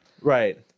Right